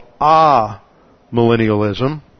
ah-millennialism